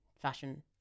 fashion